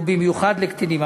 ובמיוחד לקטינים.